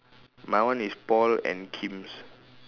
my one is Paul and Kim's